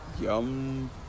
Yum